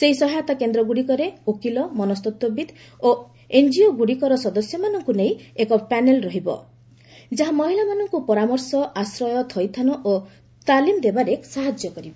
ସେହି ସହାୟତା କେନ୍ଦ୍ରଗ୍ରଡ଼ିକରେ ଓକିଲ ମନସ୍ତତ୍ତ୍ୱବିତ୍ ଓ ଏନ୍କିଓଗୁଡ଼ିକର ସଦସ୍ୟମାନଙ୍କୁ ନେଇ ଏକ ପ୍ୟାନେଲ୍ ରହିବ ଯାହା ମହିଳାମାନଙ୍କୁ ପରାମର୍ଶ ଆଶ୍ରୟ ଥଇଥାନ ଓ ତାଲିମ ଦେବାରେ ସାହାଯ୍ୟ କରିବ